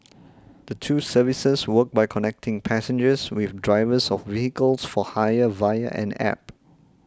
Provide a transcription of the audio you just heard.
the two services work by connecting passengers with drivers of vehicles for hire via an App